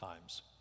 times